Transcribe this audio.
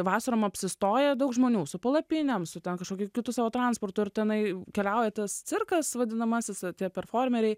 vasarom apsistoja daug žmonių su palapinėm su ten kažkokiu kitu savo transportu ir tenai keliauja tas cirkas vadinamasis tie performeriai